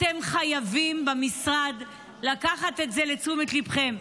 אתם במשרד חייבים לקחת את זה לתשומת ליבכם.